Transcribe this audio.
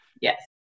Yes